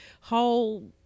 whole